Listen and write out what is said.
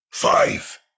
Five